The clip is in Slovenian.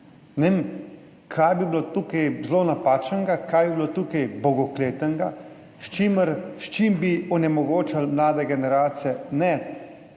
vem, kaj bi bilo tukaj zelo napačnega, kaj bi bilo tukaj bogokletnega, s čim bi onemogočali mlade generacije.